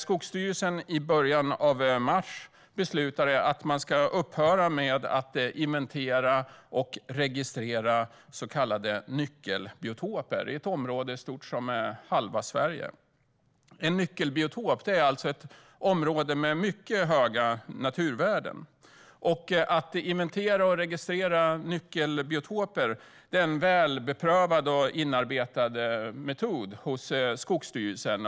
Skogsstyrelsen beslutade i början av mars att upphöra med att inventera och registrera så kallade nyckelbiotoper i ett område stort som halva Sverige. En nyckelbiotop är ett område med mycket höga naturvärden. Att inventera och registrera nyckelbiotoper är en välbeprövad och inarbetad metod hos Skogsstyrelsen.